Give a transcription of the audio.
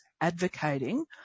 advocating